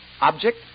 Object